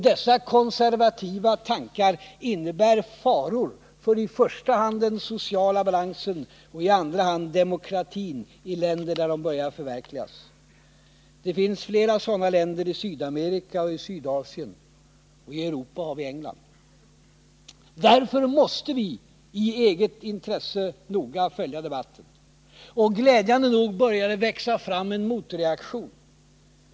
Dessa konservativa tankar innebär faror för i första hand den sociala balansen och i andra hand demokratin i länder där de börjar förverkligas. Det finns flera sådana länder i Sydamerika och i Sydasien, och i Europa har vi England. Därför måste vi i eget intresse noga följa debatten. Glädjande nog börjar det växa fram en motreaktion.